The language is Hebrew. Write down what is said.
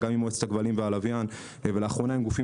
גם עם מועצת הכבלים והלוויין ולאחרונה עם גופים